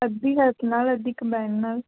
ਅੱਧੀ ਹੱਥ ਨਾਲ ਅੱਧੀ ਕੰਬਾਈਨ ਨਾਲ